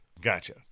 Gotcha